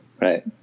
Right